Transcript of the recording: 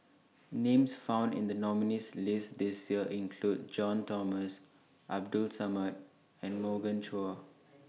Names found in The nominees' list This Year include John Thomson Abdul Samad and Morgan Chua